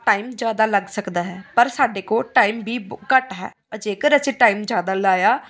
time ਜ਼ਿਆਦਾ ਲੱਗ ਸਕਦਾ ਹੈ ਪਰ ਸਾਡੇ ਕੋਲ ਟਾਈਮ ਵੀ ਬ ਘੱਟ ਹੈ ਜੇਕਰ ਅਸੀਂ ਟਾਈਮ ਜ਼ਿਆਦਾ ਲਾਇਆ